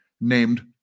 named